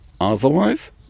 Otherwise